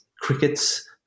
crickets